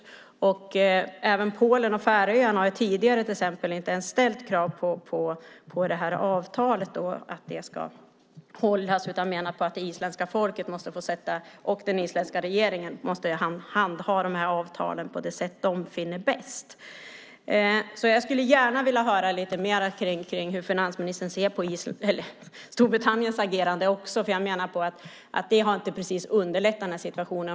Även till exempel Polen och Färöarna har tidigare inte ens ställt krav på att avtalet ska hållas utan menar på att det isländska folket och den isländska regeringen måste handha de här avtalen på det sätt de finner bäst. Jag skulle gärna vilja höra lite mer om hur finansministern ser på Storbritanniens agerande. Jag menar att det inte precis har underlättat situationen.